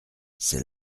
c’est